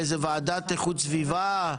לאיזה ועדת איכות סביבה,